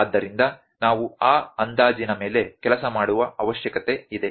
ಆದ್ದರಿಂದ ನಾವು ಆ ಅಂದಾಜಿನ ಮೇಲೆ ಕೆಲಸ ಮಾಡುವ ಅವಶ್ಯಕತೆ ಇದೆ